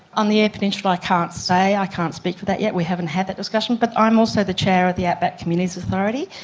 on the eyre peninsula i can't say, i can't speak for that yet, we haven't had that discussion, but i'm also the chair of the outback communities authority,